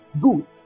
Good